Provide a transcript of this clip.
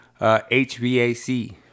HVAC